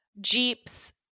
Jeeps